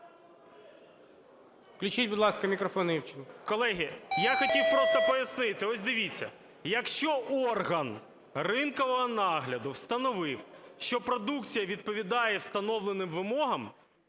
Колеги, я хотів просто пояснити. Ось, дивіться, "якщо орган ринкового нагляду встановив, що продукція відповідає встановленим вимогам,